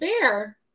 fair